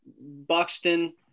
Buxton